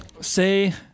Say